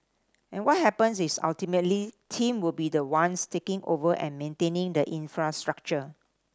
and what happens is ultimately team will be the ones taking over and maintaining the infrastructure